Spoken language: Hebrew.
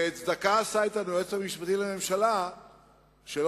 וצדקה עשה אתנו היועץ המשפטי לממשלה שלא